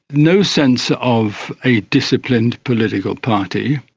no sense of a disciplined political party,